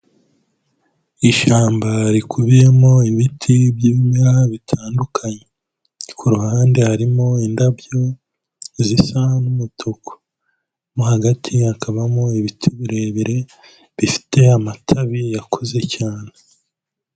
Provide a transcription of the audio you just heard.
Ishyamba rikubiyemo ibiti by'ibimera bitandukanye. Kuruhande harimo indabyo zisa n'umutuku. Mo hagati hakabamo ibiti birebire bifite amababi yakuze cyane.